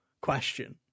question